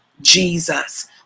Jesus